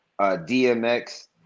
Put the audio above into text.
DMX